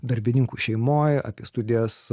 darbininkų šeimoj apie studijas